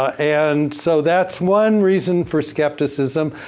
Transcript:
ah and so that's one reason for skepticism.